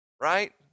Right